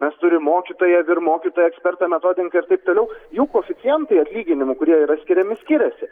mes turim mokytoją vyr mokytoją ekspertą metodininką ir taip toliau jų koeficientai atlyginimų kurie yra skiriami skiriasi